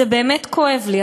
זה באמת כואב לי.